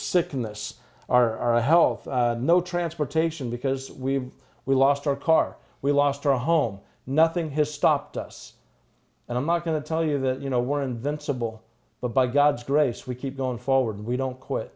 sickness our health no transportation because we we lost our car we lost our home nothing his stopped us and i'm not going to tell you that you know we're invincible but by god's grace we keep going forward we don't quit